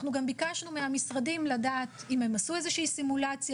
אנחנו גם ביקשנו מהמשרדים לדעת אם הם עשו איזושהי סימולציה,